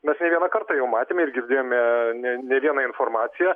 mes ne vieną kartą jau matėme ir girdėjome ne ne vieną informaciją